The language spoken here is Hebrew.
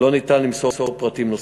לא ניתן למסור פרטים נוספים.